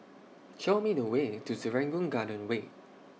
Show Me The Way to Serangoon Garden Way